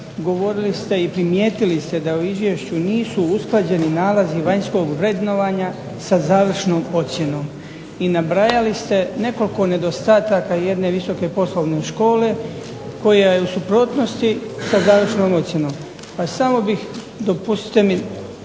govorili ste i primjetili ste da u izvješću nisu usklađeni nalazi vanjskog vrednovanja sa završnom ocjenom i nabrajali ste nekoliko nedostataka jedne visoke poslovne škole koja je u suprotnosti sa završnom ocjenom. Pa samo bih dopustite mi,